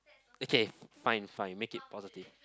okay fine fine make it positive